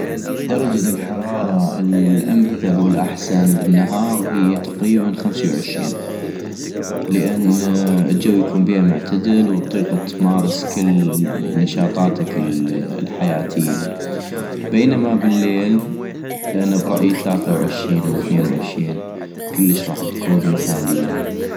درجة الحرارة الامثل والاحسن بالنهاغ هي تقريبا خمسي وعشين - لان الجو يكون بيها معتدل واطيق تمارس كل نشاطاتك الحياتية - بينما بالليل انا برأيي ثلاثة وعشين او ثنين وعشين، كلش غاح تكون مثالية